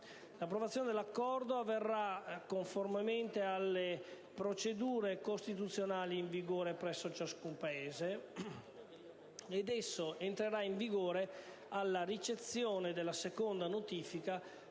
L'approvazione dell'Accordo avverrà conformemente alle procedure costituzionali in vigore presso ciascun Paese ed esso entrerà in vigore alla ricezione della seconda notifica